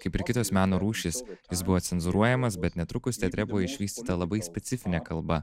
kaip ir kitos meno rūšys jis buvo cenzūruojamas bet netrukus teatre buvo išvystyta labai specifinė kalba